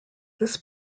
this